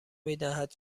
میدهد